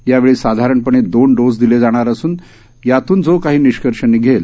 यावेळी साधारणपणे दोन डोस दिले जाणार असून यातून जो काही निष्कर्ष येईल